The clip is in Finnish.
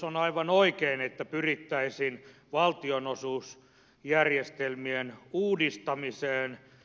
on aivan oikein että pyrittäisiin valtionosuusjärjestelmien uudistamiseen